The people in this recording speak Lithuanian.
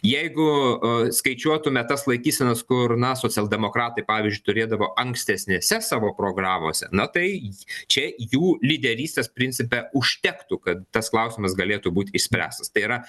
jeigu skaičiuotume tas laikysenas kur na socialdemokratai pavyž turėdavo ankstesnėse savo programose na tai čia jų lyderystės principe užtektų kad tas klausimas galėtų būt išspręstas tai yra